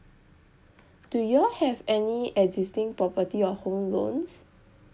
do you all have any existing property or home loans